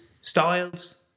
styles